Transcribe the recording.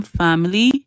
family